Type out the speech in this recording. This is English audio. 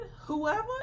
whoever